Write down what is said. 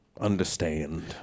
understand